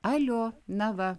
alio na va